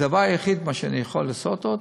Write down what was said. הדבר היחיד שאני יכול לעשות עוד